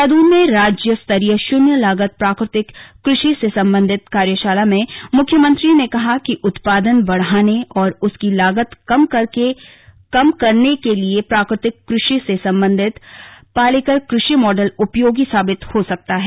देहरादून में राज्य स्तरीय शून्य लागत प्राकृतिक कृ षि से संबधित कार्यशाला में मुख्यमंत्री ने कहा कि उत्पादन बढ़ाने औरउसकी लागत कम करने के लिए प्राकृतिक कृषि से संबंधित पालेकर कृषि मॉडल उपयोगी साबित हो सकता है